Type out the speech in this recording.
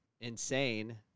insane